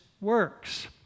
works